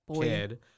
kid